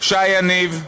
שי יניב,